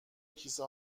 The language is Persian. کیسه